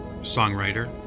songwriter